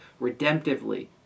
redemptively